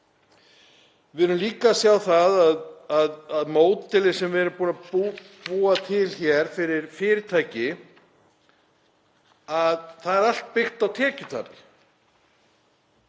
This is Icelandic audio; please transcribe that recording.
Við erum líka að sjá að módelið sem við erum búin að búa til hér fyrir fyrirtæki er allt byggt á tekjutapi.